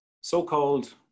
So-called